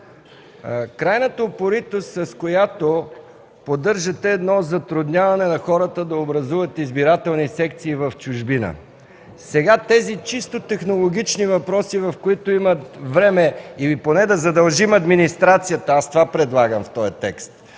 крайна е упоритостта, с която поддържате едно затрудняване на хората да образуват избирателни секции в чужбина. Сега тези чисто технологични въпроси, в които имат време, или поне да задължим администрацията – това предлагам в този текст